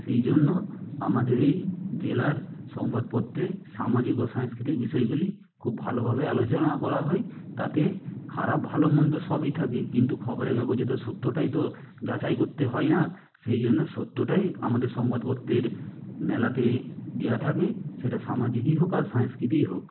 সেই জন্য আমাদের এই জেলার সংবাদপত্রে সামাজিক ও সাংস্কৃতিক বিষয়গুলি খুব ভালোভাবেই আলোচনা করা হয় তাতে খারাপ ভালো মন্দ সবই থাকে কিন্তু খবরের কাগজে তো সত্যটাই তো যাচাই করতে হয় না সেই জন্য সত্যটাই আমাদের সংবাদপত্রের মেলাতে দেয়া থাকে সেটা সামাজিকই হোক আর সাংস্কৃতিক হোক